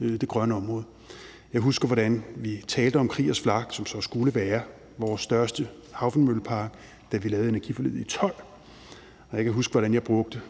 det grønne område. Jeg husker, hvordan vi talte om Kriegers Flak, som så skulle det være vores største havvindmøllepark, da vi lavede energiforliget i 2012, og jeg kan huske, hvordan jeg